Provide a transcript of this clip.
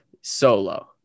solo